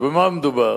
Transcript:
במה מדובר?